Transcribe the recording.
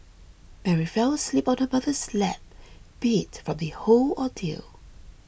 Mary fell asleep on her mother's lap beat from the whole ordeal